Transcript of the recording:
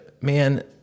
man